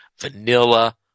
Vanilla